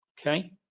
okay